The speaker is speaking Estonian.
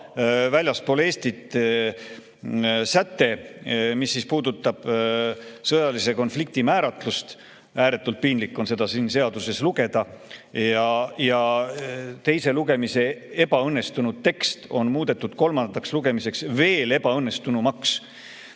tähelepanu leidnud säte, mis puudutab sõjalise konflikti määratlust. Ääretult piinlik on seda siit seadus[eelnõust] lugeda. Teise lugemise ebaõnnestunud tekst on muudetud kolmandaks lugemiseks veel ebaõnnestunumaks.